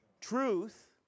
truth